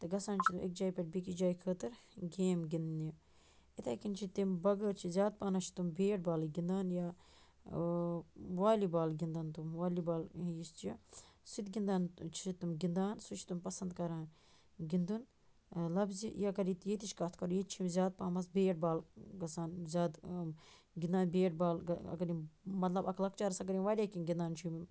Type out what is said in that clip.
تہٕ گژھان چھِنہٕ أکِس جایہِ پٮ۪ٹھ بیٚیہِ کِس جایہِ خٲطرٕ گیم گِنٛدنہِ یِتھَے کَنۍ چھِ تِم بَغٲر چھِ زیادٕ پانَس چھِ تِم بیٹ بالٕے گِنٛدان یا والی بال گِنٛدَن تِم والی بال یُس چھِ سُہ تہِ گِنٛدان چھِ تِم گِنٛدان سُہ چھِ تِم پَسنٛد کَران گِنٛدُن لفظہِ یہِ اگر یہِ ییٚتِچ کَتھ کَرو ییٚتہِ چھِو زیادٕ پَہمَژ بیٹ بال گژھان زیادٕ گِنٛدان بیٹ بال گہ اگر یِم مطلب اَکھ لَکچارَس اگر یِم واریاہ کیٚنٛہہ گِنٛدان چھِ یِم